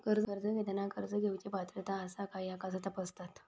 कर्ज घेताना कर्ज घेवची पात्रता आसा काय ह्या कसा तपासतात?